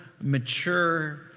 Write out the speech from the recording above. mature